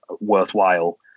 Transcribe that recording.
worthwhile